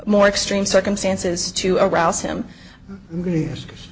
more extreme circumstances to arouse him i'm going to